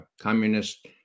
communist